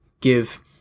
give